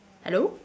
hello